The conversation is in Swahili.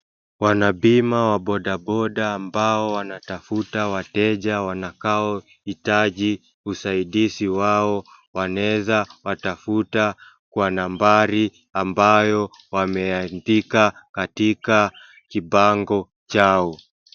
Wanabima wa bodaboda ambao wanatafuta wateja wanakaohitaji usaidizi wao wanaweza watafuta kwa nambari ambayo wameandika katika kibango chao.